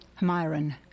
Myron